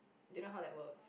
do you know how that work